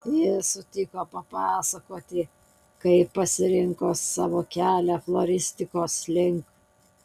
ji sutiko papasakoti kaip pasirinko savo kelią floristikos link